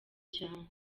cyane